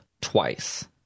twice